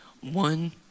One